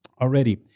already